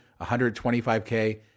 125K